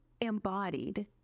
embodied